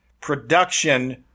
production